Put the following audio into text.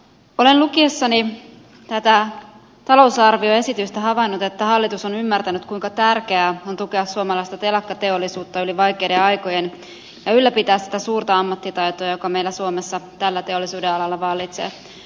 olen lukiessani tätä talousarvioesitystä havainnut että hallitus on ymmärtänyt kuinka tärkeää on tukea suomalaista telakkateollisuutta yli vaikeiden aikojen ja ylläpitää sitä suurta ammattitaitoa joka meillä suomessa tällä teollisuudenalalla vallitsee